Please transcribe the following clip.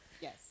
Yes